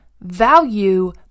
value